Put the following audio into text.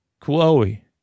Chloe